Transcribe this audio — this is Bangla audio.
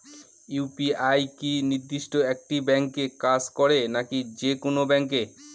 ইউ.পি.আই কি নির্দিষ্ট একটি ব্যাংকে কাজ করে নাকি যে কোনো ব্যাংকে?